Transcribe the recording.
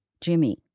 Jimmy